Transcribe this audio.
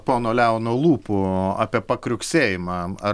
pono leono lūpų apie pakriuksėjimą ar